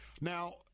now